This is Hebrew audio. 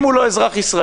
אם הוא לא אזרח ישראלי,